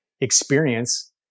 experience